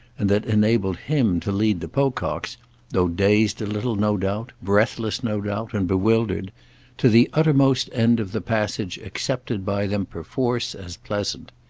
and that enabled him to lead the pococks though dazed a little, no doubt, breathless, no doubt, and bewildered to the uttermost end of the passage accepted by them perforce as pleasant.